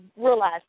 realize